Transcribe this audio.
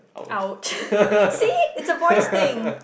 !ouch!